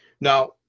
now